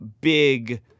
big